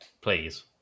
please